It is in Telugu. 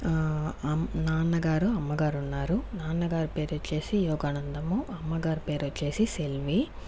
అమ్ నాన్నగారు అమ్మగారు ఉన్నారు నాన్నగారు పేరొచ్చేసి యోగానందము అమ్మగారు పేరొచ్చేసి సెల్మీ